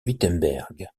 wittenberg